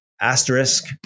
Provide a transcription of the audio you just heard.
asterisk